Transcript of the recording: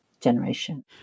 generation